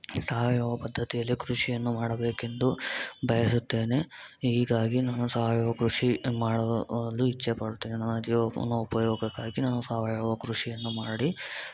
ಸಾವಯವ ಪದ್ಧತಿಯಲ್ಲಿ ಕೃಷಿಯನ್ನು ಮಾಡಬೇಕೆಂದು ಬಯಸುತ್ತೇನೆ ಹೀಗಾಗಿ ನಾನು ಸಾವಯವ ಕೃಷಿ ಮಾಡಲು ಲು ಇಚ್ಛೆಪಡುತ್ತೇನೆ ನನ್ನ ಜೀವನೋಪಯೋಗಕ್ಕಾಗಿ ನಾನು ಸಾವಯವ ಕೃಷಿಯನ್ನು ಮಾಡಿ